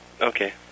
Okay